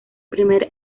primer